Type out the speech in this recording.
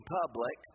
public